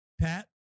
Pat